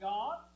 God